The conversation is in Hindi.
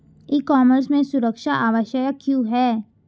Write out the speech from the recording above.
ई कॉमर्स में सुरक्षा आवश्यक क्यों है?